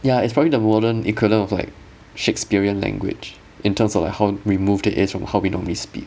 yeah it's probably the modern equivalent of like shakespearian language in terms of like how removed it is from how we normally speak